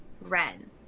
Ren